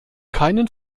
keinen